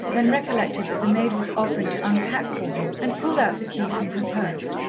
then recollected that the maid was offering to unpack for her, and pulled out the key from her purse.